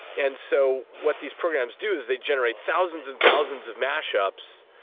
and so what these programs do is they generate thousands and thousands of mash-ups,